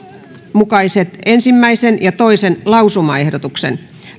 mukaiset ensimmäinen ja toisen lausumaehdotuksen